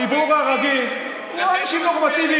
הציבור הרגיל הוא אנשים נורמטיביים,